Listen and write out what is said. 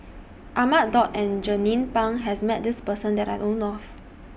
Ahmad Daud and Jernnine Pang has Met This Person that I know of